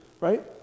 Right